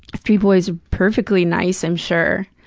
three boys, perfectly nice, i'm sure.